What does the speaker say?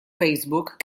facebook